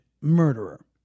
murderer